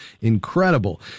incredible